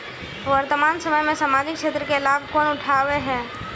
वर्तमान समय में सामाजिक क्षेत्र के लाभ कौन उठावे है?